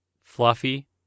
Fluffy